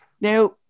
Now